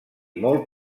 molt